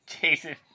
Jason